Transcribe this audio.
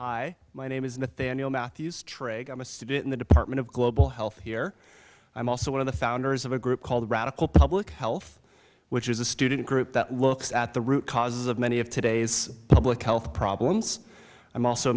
hi my name is nathaniel matthews trachoma stood in the department of global health here i'm also one of the founders of a group called radical public health which is a student group that looks at the root causes of many of today's public health problems i'm also